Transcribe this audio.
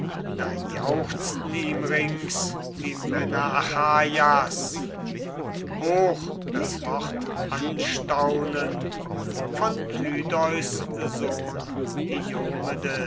da jauchzten ihm rings die männer achaias hoch das wort anstaunend von tydeus sohn